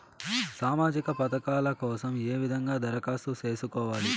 సామాజిక పథకాల కోసం ఏ విధంగా దరఖాస్తు సేసుకోవాలి